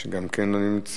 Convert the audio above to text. גם כן לא נמצאת,